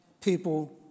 people